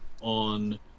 on